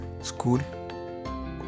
school